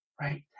Right